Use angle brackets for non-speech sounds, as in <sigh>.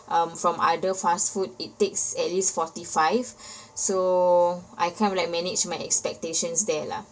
um from other fast food it takes at least forty five <breath> so I kind of like managed my expectations there lah